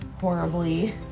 horribly